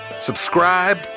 subscribe